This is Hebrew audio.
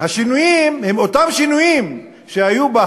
השינויים הם אותם שינויים שהיו,